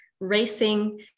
racing